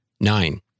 Nine